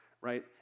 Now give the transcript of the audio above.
right